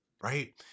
right